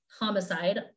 homicide